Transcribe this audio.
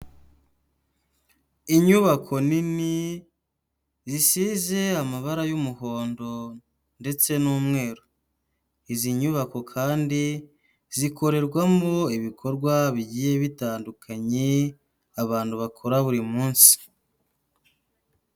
Inyubako nini zisize amabara y'umuhondo ndetse n'umweru, izi nyubako kandi zikorerwamo ibikorwa bigiye bitandukanye, abantu bakora buri munsi.